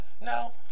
no